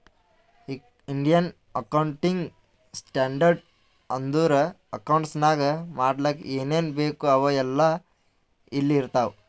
Indian accounting standard ಅಂದುರ್ accounts ನಾಗ್ ಮಾಡ್ಲಕ್ ಏನೇನ್ ಬೇಕು ಅವು ಎಲ್ಲಾ ಇಲ್ಲಿ ಇರ್ತಾವ